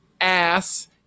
ass